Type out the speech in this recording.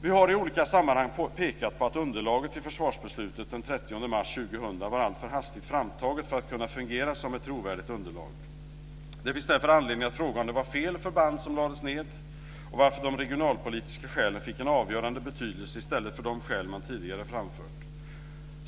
Vi har i olika sammanhang pekat på att underlaget till försvarsbeslutet den 30 mars 2000 var alltför hastigt framtaget för att kunna fungera som ett trovärdigt underlag. Det finns därför anledning att fråga om det var fel förband som lades ned och varför de regionalpolitiska skälen fick en avgörande betydelse i stället för de skäl man tidigare framfört.